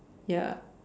ya